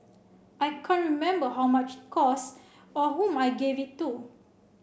I can't remember how much it cost or whom I gave it to